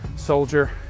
soldier